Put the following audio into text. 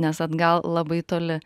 nes atgal labai toli